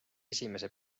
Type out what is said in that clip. esimese